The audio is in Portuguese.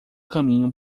caminho